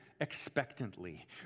expectantly